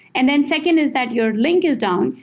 and then second is that your link is down.